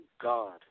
God